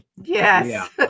Yes